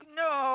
no